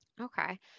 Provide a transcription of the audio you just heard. Okay